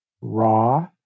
raw